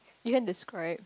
you can describe